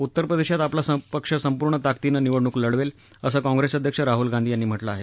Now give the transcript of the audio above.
उत्तरप्रदेशात आपला पक्ष संपूर्ण ताकदीनं निवडणूक लढवेल असं काँग्रेस अध्यक्ष राह्ल गांधी यांनी म्हटलं आहे